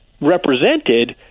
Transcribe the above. represented